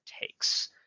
takes